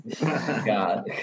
God